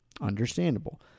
understandable